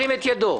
ירים את ידו.